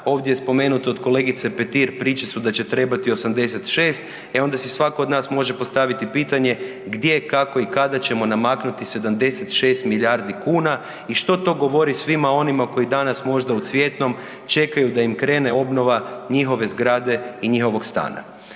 ovdje je spomenuto od kolegice Petir, priče su da će trebati 86, e onda si svako od nas može postaviti, gdje, kako i kada ćemo namaknuti 76 milijardi kuna i što to govori svima onima koji danas možda u Cvjetnom čekaju da im krene obnova njihove zgrade i njihovog stana.